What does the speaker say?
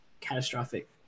catastrophic